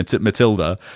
Matilda